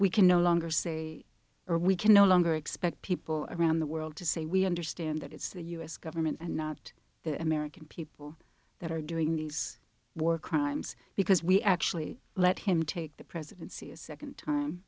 we can no longer say or we can no longer expect people around the world to say we understand that it's the u s government and not the american people that are doing these war crimes because we actually let him take the presidency a second time